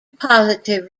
positive